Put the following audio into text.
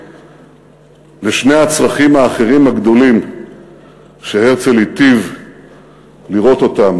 לשני הצרכים האחרים הגדולים שהרצל היטיב לראות אותם,